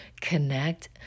connect